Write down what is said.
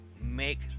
make